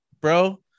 bro